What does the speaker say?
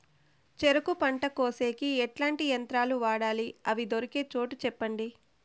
చెరుకు పంట కోసేకి ఎట్లాంటి యంత్రాలు వాడాలి? అవి దొరికే చోటు చెప్పండి?